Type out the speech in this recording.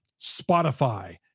Spotify